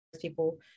people